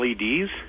LEDs